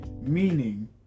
Meaning